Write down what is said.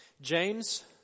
James